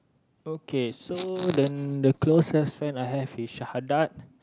okay so the the closest friend I have is Shahadat